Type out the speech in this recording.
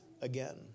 again